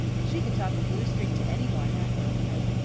she could talk a blue streak to anyone, that girl could.